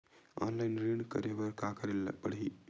Online ऋण करे बर का करे ल पड़हि?